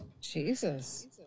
Jesus